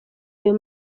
ayo